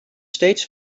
steeds